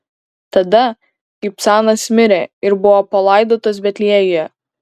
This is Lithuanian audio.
tada ibcanas mirė ir buvo palaidotas betliejuje